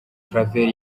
claver